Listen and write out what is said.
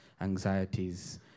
anxieties